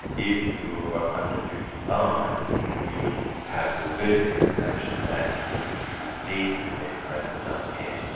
if you're under fifty five you would have the reversed expectation that you would need this knee replacement done again,